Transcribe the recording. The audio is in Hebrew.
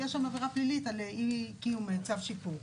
יש שם עבירה פלילית על אי קיום צו שיפוט.